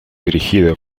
dirigido